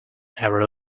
every